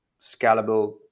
scalable